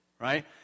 right